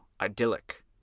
idyllic